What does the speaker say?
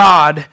God